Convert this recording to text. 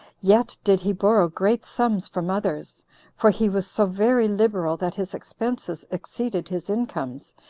yet did he borrow great sums from others for he was so very liberal that his expenses exceeded his incomes,